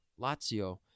Lazio